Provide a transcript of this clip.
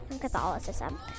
Catholicism